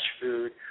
food